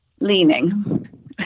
Leaning